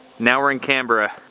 now we're in canberra.